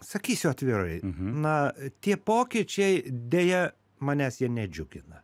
sakysiu atvirai na tie pokyčiai deja manęs jie nedžiugina